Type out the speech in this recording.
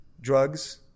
drugs